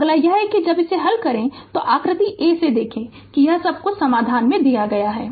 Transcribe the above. अगला यह है कि जब इसे हल करें तो आकृति a से देखें कि यह सब कुछ समाधान दिया गया है